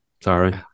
sorry